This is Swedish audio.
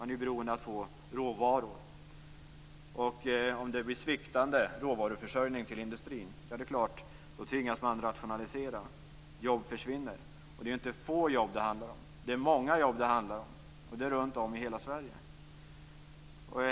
Man är ju beroende av att få råvaror. Om det blir sviktande råvaruförsörjning till industrin är det klart att man tvingas rationalisera. Jobb försvinner, och det är inte få jobb det handlar om. Det är många jobb det handlar om, och de finns runtom i hela Sverige.